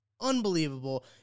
Unbelievable